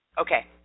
Okay